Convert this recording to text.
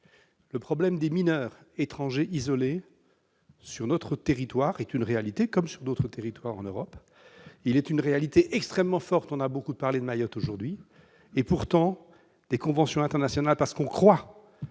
Le problème des mineurs étrangers isolés présents sur notre territoire est une réalité, comme dans d'autres territoires en Europe. Il s'agit d'une réalité extrêmement forte. On a beaucoup parlé de Mayotte aujourd'hui. Et pourtant, des conventions internationales- parce que l'on croit